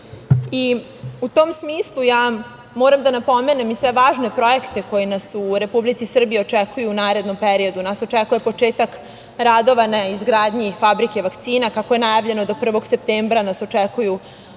tom smislu, moram da napomenem i sve važne projekte koji nas u Republici Srbiji očekuju u narednom periodu. Nas očekuje početak radova na izgradnji fabrike vakcina, kako je najavljeno, do 1. septembra nas očekuje otvaranje